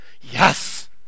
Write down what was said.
yes